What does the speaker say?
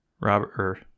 Robert